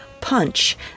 punch